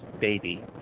baby